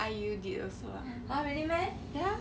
I_U did also lah